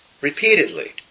repeatedly